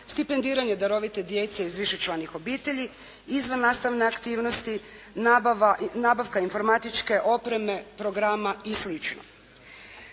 stipendiranje darovite djece iz višečlanih obitelji, izvannastavne aktivnosti, nabavka informatičke opreme, programa i